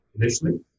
initially